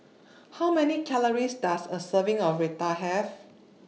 How Many Calories Does A Serving of Raita Have